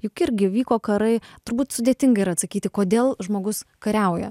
juk irgi vyko karai turbūt sudėtinga yra atsakyti kodėl žmogus kariauja